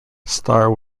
star